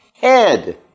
head